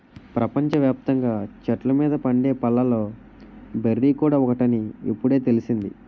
ప్రపంచ వ్యాప్తంగా చెట్ల మీద పండే పళ్ళలో బెర్రీ కూడా ఒకటని ఇప్పుడే తెలిసింది